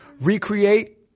recreate